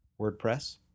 WordPress